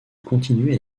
continuer